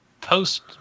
post